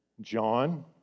John